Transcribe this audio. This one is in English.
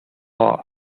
off